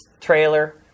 trailer